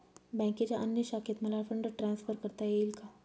बँकेच्या अन्य शाखेत मला फंड ट्रान्सफर करता येईल का?